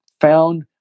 found